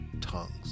tongues